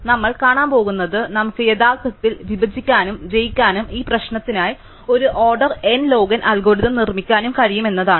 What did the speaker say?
അതിനാൽ നമ്മൾ കാണാൻ പോകുന്നത് നമുക്ക് യഥാർത്ഥത്തിൽ വിഭജിക്കാനും ജയിക്കാനും ഈ പ്രശ്നത്തിനായി ഒരു order n log n algorithm നിർമ്മിക്കാനും കഴിയും എന്നതാണ്